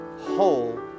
whole